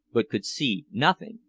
but could see nothing.